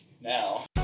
now